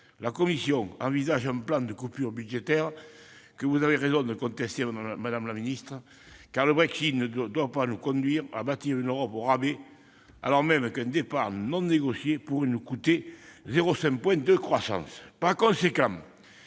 La Commission européenne envisage un plan de coupes budgétaires, que vous avez raison de contester, madame la secrétaire d'État, car le Brexit ne doit pas conduire à bâtir une Europe au rabais, alors même qu'un départ britannique non négocié pourrait nous coûter 0,5 point de croissance. Par conséquent,